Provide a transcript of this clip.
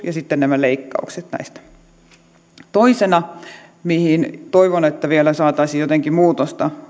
ja sitten ovat nämä leikkaukset näistä toisena mihin toivon että vielä saataisiin jotenkin muutosta